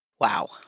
Wow